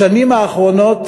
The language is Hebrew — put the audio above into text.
בשנים האחרונות